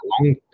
long